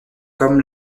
comme